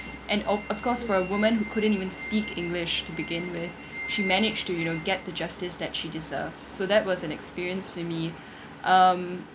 and o~ of course for a woman who couldn't even speak english to begin with she managed to you know get the justice that she deserved so that was an experience for me um